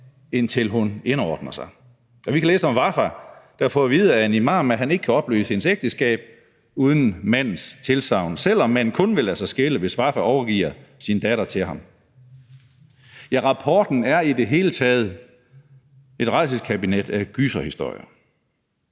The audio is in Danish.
indtil hun indordner sig. Og vi kan læse om Wafa, der har fået at vide af en imam, at han ikke kan opløse hendes ægteskab uden mandens tilsagn, selv om manden kun vil lade sig skille, hvis Wafa overgiver sin datter til ham. Ja, rapporten er i det hele taget et rædselskabinet af gyserhistorier.